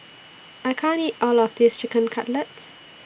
I can't eat All of This Chicken Cutlet